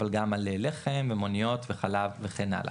אבל גם על לחם ומוניות וחלב וכן הלאה,